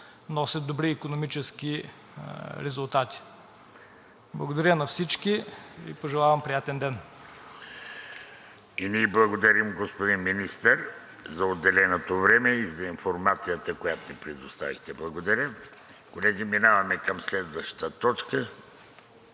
носят добри икономически резултати. Благодаря на всички и Ви пожелавам приятен ден! ПРЕДСЕДАТЕЛ ВЕЖДИ РАШИДОВ: И ние благодарим, господин Министър, за отделеното време и за информацията, която ни предоставихте. Благодарим. Колеги, преминаваме към следваща точка.